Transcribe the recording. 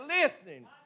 listening